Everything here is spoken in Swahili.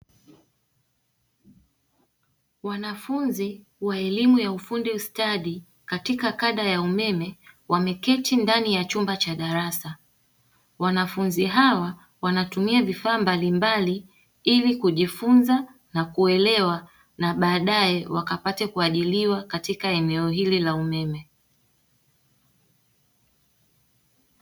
Wanafunzi wa elimu ya ufundi stadi katika kada ya umeme wameketindani ya chumba cha darasa, wanafunzi hawa wanatumia vifaa mbalimbali ili kujifunza na kuelewa na baadaye wakapate kuajiriwa katika eneo hili la umeme.